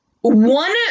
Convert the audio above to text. one